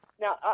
Now